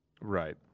Right